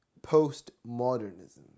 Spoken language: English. Postmodernism